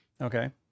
Okay